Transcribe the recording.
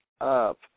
up